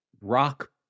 rock